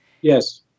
Yes